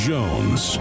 Jones